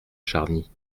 charny